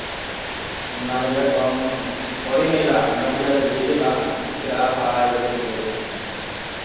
ना ही भैया कम पड़ ही नहीं रहा है ना भैया देखिए का किराया भाड़ा है सब कुछ है इसमें